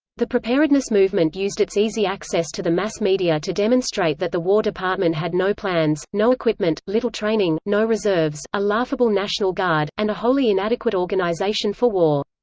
the preparedness movement used its easy access to the mass media to demonstrate that the war department had no plans, no equipment, little training, no reserves, a laughable national guard, and a wholly inadequate organization for war.